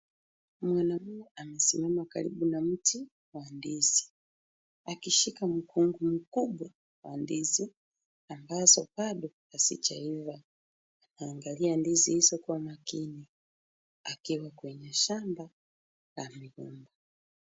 Mwanaume amesimama karibu na mti wa ndizi, akishika mkungu mkubwa wa ndizi, ambazo bado hazijaiva. Anaangalia ndizi hizo kwa makini akiwa kwenye shamba la migomba.